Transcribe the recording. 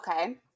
okay